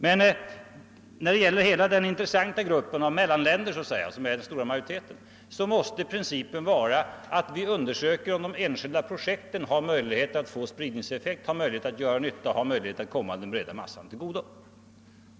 Men när det gäller hela det stora flertalet länder, måste principen vara att vi undersöker om de enskilda projekten har möjlighet att få spridningseffekt, har möjlighet att göra nytta, har möjlighet att komma den breda massan till godo.